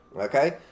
Okay